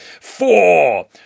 Four